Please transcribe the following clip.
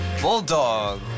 Bulldog